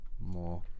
more